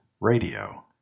radio